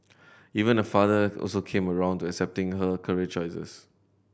even her father also came round to accepting her career choices